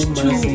two